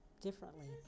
differently